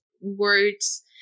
words